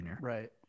right